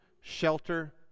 shelter